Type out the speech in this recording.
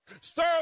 Stir